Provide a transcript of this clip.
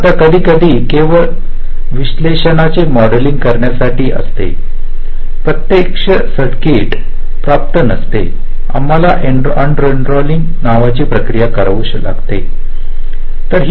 आता कधीकधी केवळ विश्लेषणाचे मॉडेलिंग करण्यासाठी असते प्रत्यक्ष सर्किट प्राप्तीसाठी नसते आम्हाला एनरोलिंग नावाची प्रक्रिया करावी लागू शकते